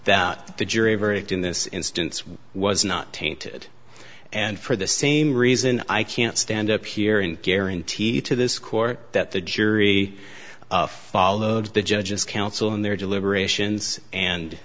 that the jury verdict in this instance was not tainted and for the same reason i can't stand up here and guarantee to this court that the jury followed the judge's counsel in their deliberations